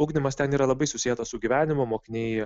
ugdymas ten yra labai susietas su gyvenimu mokiniai